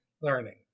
learning